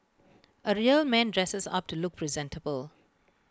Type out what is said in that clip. A real man dresses up to look presentable